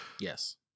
Yes